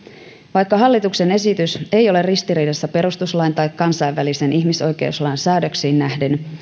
vaikka hallituksen esitys ei ole ristiriidassa perustuslain tai kansainvälisen ihmisoikeuslain säädöksiin nähden